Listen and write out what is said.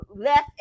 left